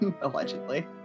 allegedly